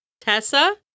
Tessa